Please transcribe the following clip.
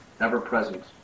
ever-present